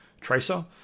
Tracer